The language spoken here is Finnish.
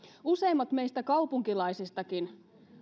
useimmat meistä kaupunkilaisistakin